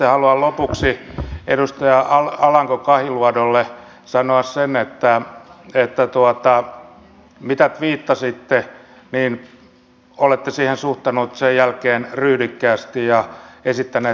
sitten haluan lopuksi edustaja alanko kahiluodolle sanoa sen että liittyen siihen mitä tviittasitte olette siihen suhtautunut sen jälkeen ryhdikkäästi ja esittänyt pahoittelunne